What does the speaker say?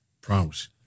Promise